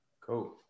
Cool